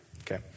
Okay